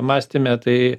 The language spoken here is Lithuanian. mąstyme tai